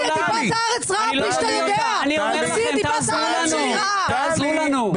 אני אומר לכם, תעזרו לנו.